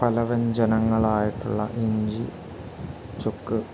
പലവ്യഞ്ജനങ്ങളായിട്ടുള്ള ഇഞ്ചി ചുക്ക്